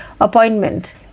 appointment